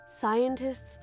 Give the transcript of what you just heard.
Scientists